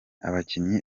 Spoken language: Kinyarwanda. abakinnyi